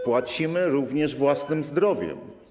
Płacimy również własnym zdrowiem.